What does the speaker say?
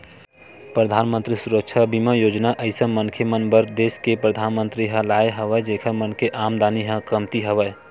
परधानमंतरी सुरक्छा बीमा योजना अइसन मनखे मन बर देस के परधानमंतरी ह लाय हवय जेखर मन के आमदानी ह कमती हवय